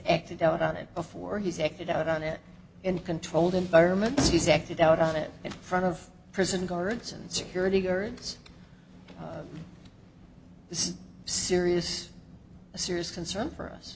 acted out on it before he's acted out on it in controlled environments he's acted out on it in front of prison guards and security guards this is serious a serious concern for us